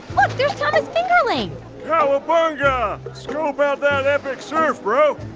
look there's thomas fingerling cowabunga. scope out that epic surf, bro.